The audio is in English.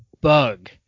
bug